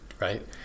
right